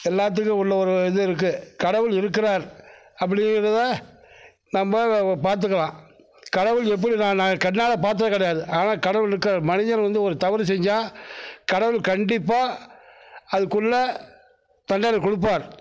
எல்லாத்துக்கும் உள்ள ஒரு இது இருக்குது கடவுள் இருக்கிறார் அப்படிங்கறத நம்ப பார்த்துக்கலாம் கடவுள் எப்படி நான் கண்ணால் பார்த்தது கிடையாது ஆனால் கடவுள் இருக்கார் மனிதர் வந்து ஒரு தவறு செஞ்சால் கடவுள் கண்டிப்பாக அதுக்குள்ள தண்டனை கொடுப்பார்